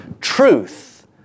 truth